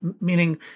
meaning